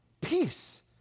Peace